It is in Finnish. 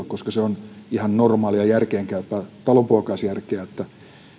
koska se on ihan normaalia ja järkeenkäypää talonpoikaisjärkeä että